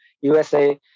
USA